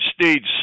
States